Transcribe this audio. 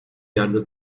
yerde